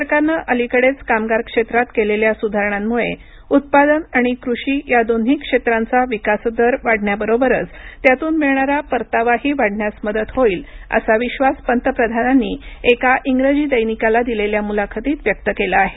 सरकारनं अलीकडेच कामगार क्षेत्रात केलेल्या सुधारणांमुळे उत्पादन आणि कृषी या दोन्ही क्षेत्रांचा विकास दर वाढण्याबरोबरच त्यातून मिळणारा परतावाही वाढण्यास मदत होईल असा विश्वास पंतप्रधानांनी एका इंग्रजी दैनिकाला दिलेल्या मुलाखतीत व्यक्त केला आहे